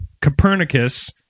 Copernicus